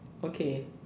okay